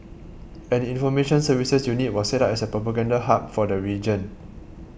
an information services unit was set up as a propaganda hub for the region